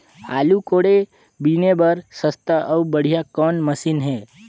आलू कोड़े बीने बर सस्ता अउ बढ़िया कौन मशीन हे?